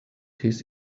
his